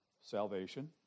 Salvation